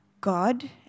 God